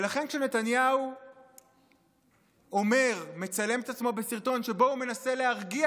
ולכן כשנתניהו מצלם את עצמו בסרטון שבו הוא מנסה להרגיע